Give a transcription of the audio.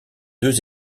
deux